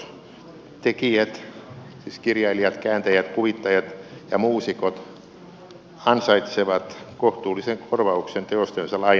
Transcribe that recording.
tekijät siis kirjailijat kääntäjät kuvittajat ja muusikot ansaitsevat kohtuullisen korvauksen teostensa lainaamisesta